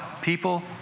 people